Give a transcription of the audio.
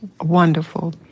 wonderful